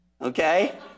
okay